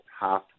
half